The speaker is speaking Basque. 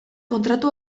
kontratu